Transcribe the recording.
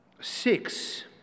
six